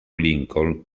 lincoln